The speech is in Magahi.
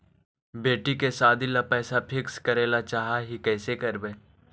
बेटि के सादी ल पैसा फिक्स करे ल चाह ही कैसे करबइ?